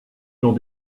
dans